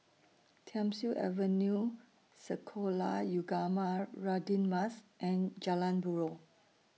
Thiam Siew Avenue Sekolah Ugama Radin Mas and Jalan Buroh